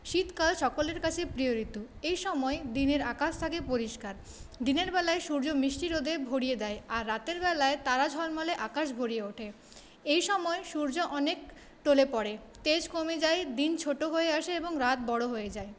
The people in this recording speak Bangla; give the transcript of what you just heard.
শীতকাল সকলের কাছে প্রিয় ঋতু এই সময় দিনের আকাশ থাকে পরিষ্কার দিনের বেলায় সূর্য মিষ্টি রোদে ভরিয়ে দেয় আর রাতের বেলায় তারা ঝলমলে আকাশ ভরিয়ে ওঠে এই সময় সূর্য অনেক টলে পরে তেজ কমে যায় দিন ছোটো হয়ে আসে এবং রাত বড়ো হয়ে যায়